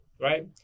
right